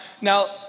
now